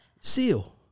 Seal